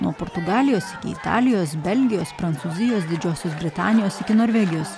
nuo portugalijos iki italijos belgijos prancūzijos didžiosios britanijos iki norvegijos